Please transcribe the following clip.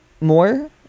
more